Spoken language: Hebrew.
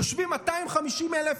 יושבים 250,000 אנשים,